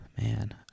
Man